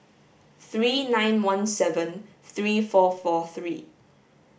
three nine one seven three four four three